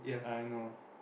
I know